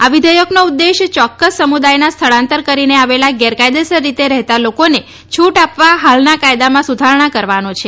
આ વિઘેયકનો ઉદ્દેશ્ય ચોક્કસ સમુદાયના સ્થળાંતર કરીને આવેલા ગેરકાયદેસર રીતે રહેતા લોકોને છુટ આપવા હાલના કાયદામાં સુધારણા કરવાનો છે